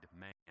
man